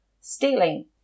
stealing